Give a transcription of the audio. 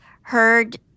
heard